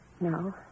No